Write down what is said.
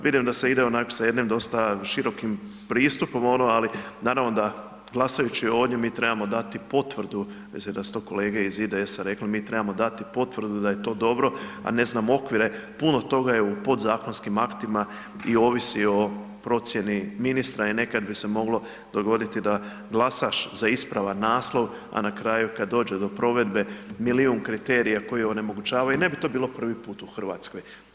Vidim da se ide onako sa jednim dosta širokim pristupom ono ali naravno da glasajući ovdje mi trebamo dati potvrdu, mislim da su to kolege iz IDS-a rekle, mi trebamo dati potporu da je to dobro, a ne znamo okvire, puno toga je u podzakonskim aktima i ovisi o procjeni ministra i nekad bi se moglo dogoditi da glasaš za ispravan naslov, a na kraju kad dođe do provedbe milijun kriterija koji onemogućavaju i ne bi to bilo prvi put u Hrvatskoj.